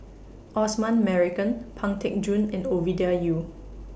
Osman Merican Pang Teck Joon and Ovidia Yu